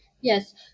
Yes